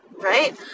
right